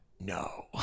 No